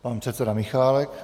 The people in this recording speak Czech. Pan předseda Michálek.